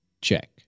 check